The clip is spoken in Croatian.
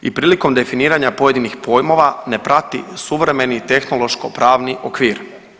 I prilikom definiranja pojedinih pojmova ne prati suvremeni tehnološko pravni okvir.